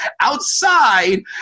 outside